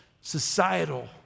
societal